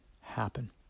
happen